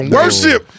Worship